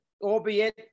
albeit